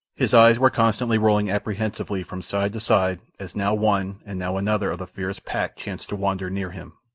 his eyes were constantly rolling apprehensively from side to side as now one and now another of the fierce pack chanced to wander near him,